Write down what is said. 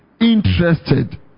interested